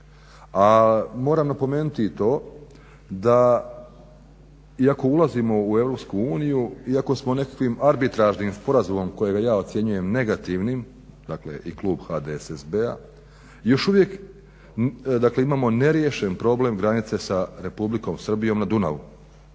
A moram napomenuti i to da iako ulazimo u Europsku uniju, iako smo nekakvim arbitražnim sporazumom kojega ja ocjenjujem negativnim, dakle i klub HDSSB-a, još uvijek imamo neriješen problem granice sa Republikom Srbijom na Dunavu,